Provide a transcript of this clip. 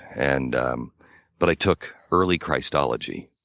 and um but i took early christology.